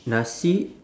nasi